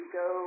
go